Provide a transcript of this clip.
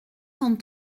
cent